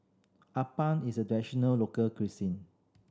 appam is a local cuisine